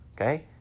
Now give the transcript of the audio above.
okay